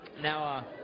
now